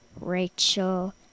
Rachel